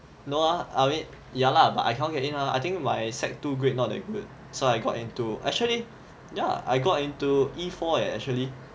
no ah I mean ya lah but I cannot get in mah I think my sec grade not that good so I got into actually yeah I got into E four eh actually